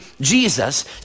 Jesus